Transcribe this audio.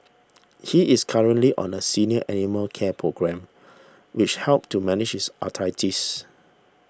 he is currently on a senior animal care programme which helps to manage his arthritis